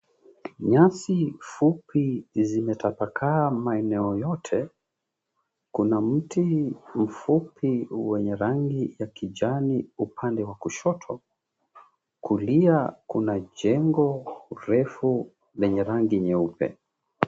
Nyasi fupi zimetapakaa maeneo yote. Kuna mti mfupi wenye rangi ya kijani upande wa kushoto. Kulia, kuna jengo refu lenye rangi nyeupe.